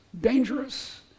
dangerous